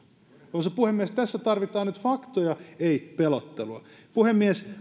arvoisa puhemies tässä tarvitaan nyt faktoja ei pelottelua puhemies